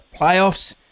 playoffs